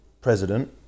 president